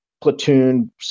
platoon